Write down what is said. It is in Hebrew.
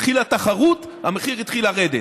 התחילה תחרות והמחיר התחיל לרדת.